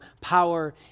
power